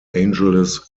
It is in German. angeles